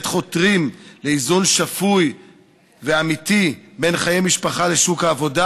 חותרים לאיזון שפוי ואמיתי בין חיי משפחה לשוק העבודה,